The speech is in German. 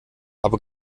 aber